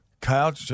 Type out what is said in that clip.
Kyle